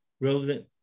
relevant